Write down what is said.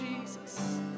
Jesus